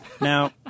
Now